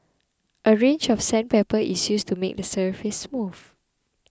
a range of sandpaper is used to make the surface smooth